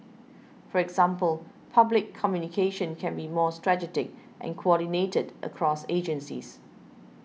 for example public communication can be more strategic and coordinated across agencies